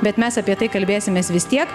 bet mes apie tai kalbėsimės vis tiek